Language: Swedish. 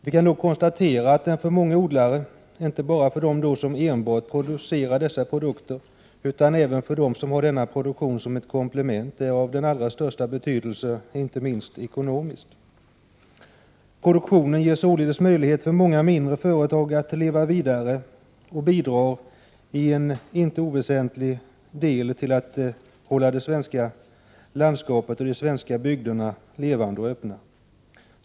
Vi kan dock konstatera att den för många odlare, inte bara för dem som enbart producerar trädgårdsprodukter utan även för dem som har denna produktion som ett komplement, är av den största betydelsen inte minst ekonomiskt. Produktionen ger således möjlighet för många mindre företag att leva vidare och bidrar, i en inte oväsentlig utsträckning, till att hålla landskap och bygder i Sverige levande och öppna.